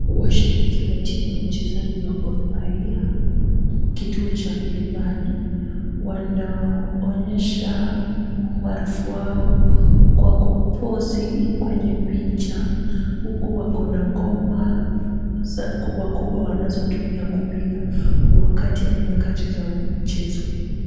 Washabiki wa timu ya wachezaji wa Gor Mahia, kituo cha mlimani, wanaonyesha umaarufu wao kwa kupozi kwenye picha huku wako na ngoma kubwa kubwa wanazotumia kupiga wakati ama nyakati za mchezo.